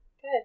Good